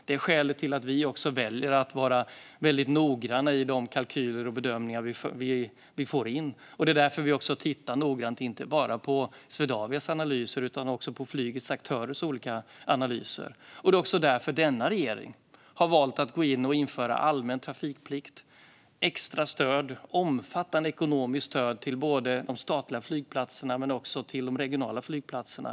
Det är också skälet till att vi väljer att vara väldigt noggranna i de kalkyler och bedömningar vi får in, och det är också därför vi tittar noggrant inte bara på Swedavias analyser utan också på flygets aktörers olika analyser. Det är också därför denna regering har valt att införa allmän trafikplikt, extra stöd och omfattande ekonomiskt stöd till både de statliga och de regionala flygplatserna.